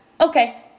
Okay